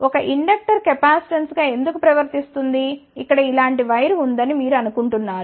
ఒక ఇండక్టర్ కెపాసిటెన్స్గా ఎందుకు ప్రవర్తిస్తుంది ఇక్కడ ఇలాంటి వైర్ ఉందని మీరు అనుకుంటున్నారు